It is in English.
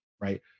Right